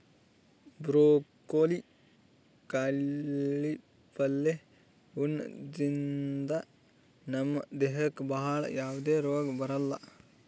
broccoli ಕಾಯಿಪಲ್ಯ ಉಣದ್ರಿಂದ ನಮ್ ದೇಹಕ್ಕ್ ಭಾಳ್ ಯಾವದೇ ರೋಗ್ ಬರಲ್ಲಾ